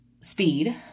speed